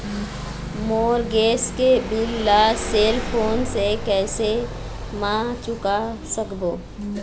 मोर gas के bill ला cell phone से कैसे म चुका सकबो?